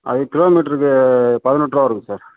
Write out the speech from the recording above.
அது கிலோமீட்டருக்கு பதினெட்ரூவா வருங்க சார்